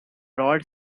rod